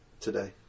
today